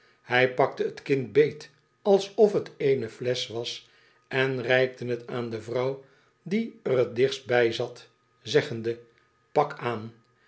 hij pakte t kind beet alsof t eene fle'sch was en reikte t aan de vrouw die er t dichtst bijzat zeggende pak aan